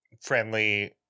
friendly